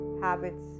habits